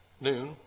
noon